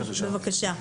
בבקשה.